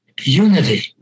unity